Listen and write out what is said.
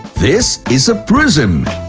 this is a prism.